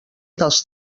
dels